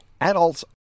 adults